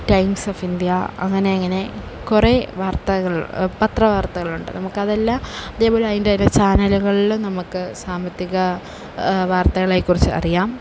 times of India അങ്ങനെ അങ്ങനെ കുറെ വാർത്തകൾ പത്ര വാർത്തകളുണ്ട് നമുക്കതെല്ലാം അതേപോലെ അതിൻ്റെ തന്നെ ചാനലുകളിലും നമുക്ക് സാമ്പത്തിക വാർത്തകളെ കുറിച്ച് അറിയാം